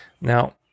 Now